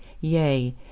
yea